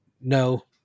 no